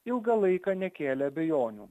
ilgą laiką nekėlė abejonių